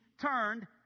turned